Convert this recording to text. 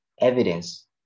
evidence